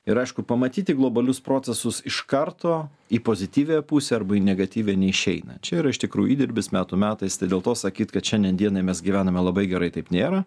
ir aišku pamatyti globalius procesus iš karto į pozityviąją pusę arba į negatyvią neišeina čia yra iš tikrųjų įdirbis metų metais tai dėl to sakyt kad šiandien dienai mes gyvename labai gerai taip nėra